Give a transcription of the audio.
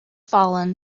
fallen